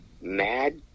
mad